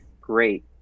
great